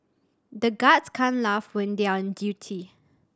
the guards can't laugh when they are on duty